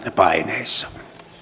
paineissa